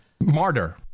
Martyr